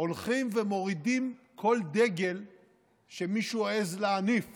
הולכים ומורידים כל דגל שמישהו העז להניף